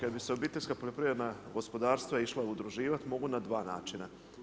Kad bi se obiteljska poljoprivredna gospodarstva išla udruživati mogu na 2 načina.